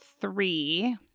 three